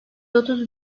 otuz